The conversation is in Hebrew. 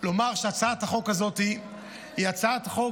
רוצה לומר שהצעת החוק הזאת היא הצעת חוק